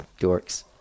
dorks